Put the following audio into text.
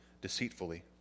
deceitfully